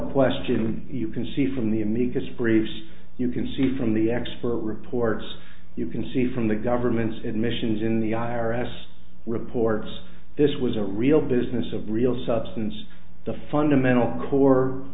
question you can see from the amicus briefs you can see from the expert reports you can see from the government's admissions in the i r s reports this was a real business of real substance the fundamental core